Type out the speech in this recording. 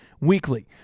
weekly